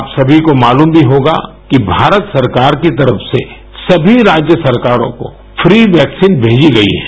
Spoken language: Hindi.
आप समी को मालूम भी होगा कि भारत सरकार की तरफ से समी राज्य सरकारों को फ़ी वैक्सीसन मेजी गई है